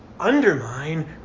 undermine